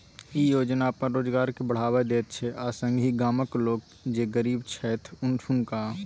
ई योजना अपन रोजगार के बढ़ावा दैत छै आ संगहि गामक लोक जे गरीब छैथ हुनका